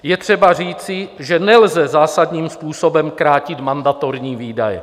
Je třeba říci, že nelze zásadním způsobem krátit mandatorní výdaje.